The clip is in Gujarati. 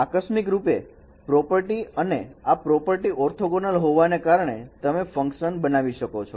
આકસ્મિકરૂપે પ્રોપર્ટી અને આ પ્રોપર્ટી orthogonal હોવાને કારણે તમે ફંકશન બનાવી શકો છો